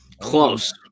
Close